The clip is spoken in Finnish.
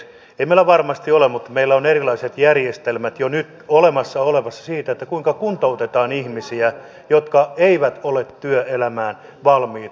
ei meillä varmasti ole mutta meillä on erilaiset järjestelmät jo nyt olemassa siinä että kuntoutetaan ihmisiä jotka eivät ole työelämään valmiita